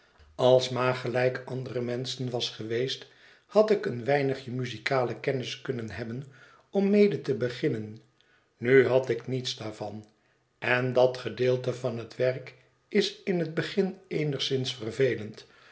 als ma gelijk andere menschen was geweest had ik een weinigje muzikale kennis kunnen hebben om mede te beginnen nu had ik niets daarvan en dat gedeelte van het werk is in het begin eenigszins vervelend